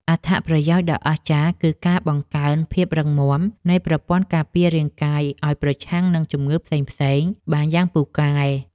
អត្ថប្រយោជន៍ដ៏អស្ចារ្យ គឺការបង្កើនភាពរឹងមាំនៃប្រព័ន្ធការពាររាងកាយឱ្យប្រឆាំងនឹងជំងឺផ្សេងៗបានយ៉ាងពូកែ។